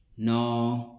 नौ